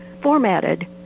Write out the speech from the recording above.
formatted